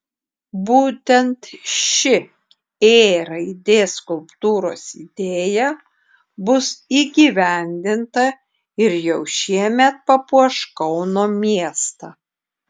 būtent ši ė raidės skulptūros idėja bus įgyvendinta ir jau šiemet papuoš kauno miestą